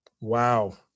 Wow